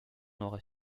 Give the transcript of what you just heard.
aurait